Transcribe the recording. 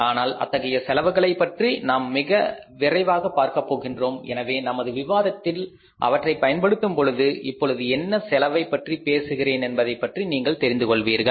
ஆனால் அத்தகைய செலவுகளைப் பற்றி நாம் மிக விரைவாக பார்க்கப் போகின்றோம் எனவே நமது விவாதத்தில் அவற்றை பயன்படுத்தும் பொழுது இப்பொழுது என்ன செலவைப் பற்றி பேசுகின்றேன் என்பதைப் பற்றி நீங்கள் தெரிந்து கொள்வீர்கள்